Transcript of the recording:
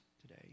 today